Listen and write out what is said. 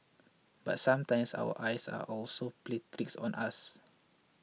but sometimes our eyes also plays tricks on us